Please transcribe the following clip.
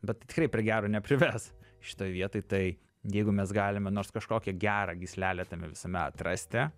bet tikrai prie gero neprives šitoj vietoj tai jeigu mes galime nors kažkokią gerą gyslelę tame visame atrasti